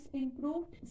improved